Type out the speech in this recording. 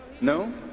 No